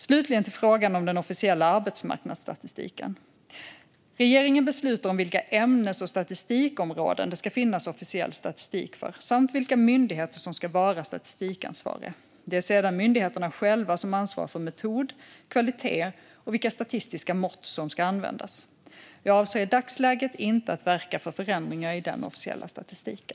Slutligen till frågan om den officiella arbetsmarknadsstatistiken. Regeringen beslutar om vilka ämnes och statistikområden det ska finnas officiell statistik för, samt vilka myndigheter som ska vara statistikansvariga. Det är sedan myndigheterna själva som ansvarar för metod, kvalitet och vilka statistiska mått som ska användas. Jag avser i dagsläget inte att verka för förändringar i den officiella statistiken.